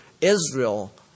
Israel